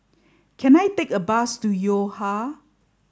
can I take a bus to Yo Ha